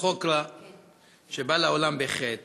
חוק שבא לעולם בחטא,